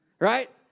Right